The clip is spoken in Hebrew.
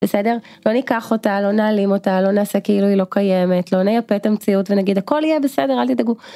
בסדר לא אקח אותה לא נעלים אותה לא נעשה כאילו היא לא קיימת לא נייפה את המציאות ונגיד הכל יהיה בסדר אל תדאגו.